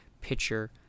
pitcher